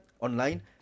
online